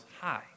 high